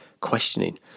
questioning